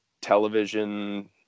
television